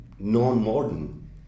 non-modern